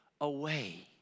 away